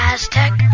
Aztec